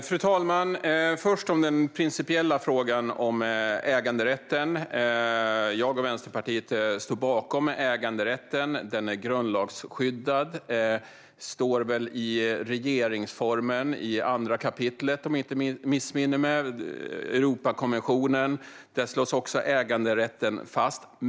Fru talman! Jag börjar med den principiella frågan om äganderätten. Jag och Vänsterpartiet står bakom äganderätten. Den är grundlagsskyddad och står med i regeringsformen, i andra kapitlet om jag inte missminner mig. Även i Europakonventionen slås äganderätten fast.